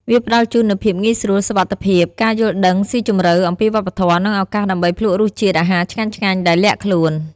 វាផ្តល់ជូននូវភាពងាយស្រួល សុវត្ថិភាព ការយល់ដឹងស៊ីជម្រៅអំពីវប្បធម៌ និងឱកាសដើម្បីភ្លក្សរសជាតិអាហារឆ្ងាញ់ៗដែលលាក់ខ្លួន។